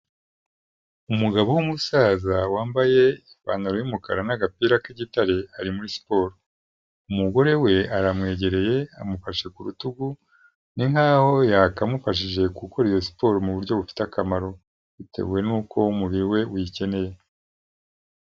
Umugabo w'umusaza wambaye ipantaro y'umukara n'agapira k'igitare ari muri siporo, umugore we aramwegereye amufashe ku rutugu, ni nkaho yakamufajije gukora iyo siporo mu buryo bufite akamaro bitewe n'uko umubiri we uyikeneye.